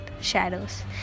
shadows